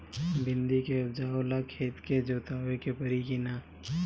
भिंदी के उपजाव ला खेत के जोतावे के परी कि ना?